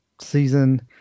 season